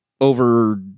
over